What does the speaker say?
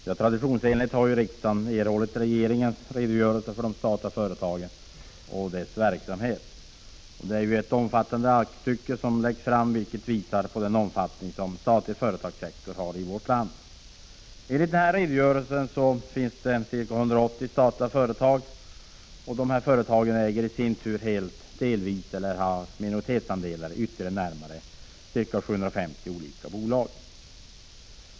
Herr talman! Traditionsenligt har riksdagen erhållit regeringens redogörelse för de statliga företagen och deras verksamhet. Det är ett omfattande aktstycke som har lagts fram, vilket visar på den omfattning som den statliga företagssektorn har i vårt land. Enligt redogörelsen finns det ca 180 statliga företag. Dessa företag i sin tur äger helt eller delvis eller har minoritetsandelar i ytterligare närmare 750 olika bolag.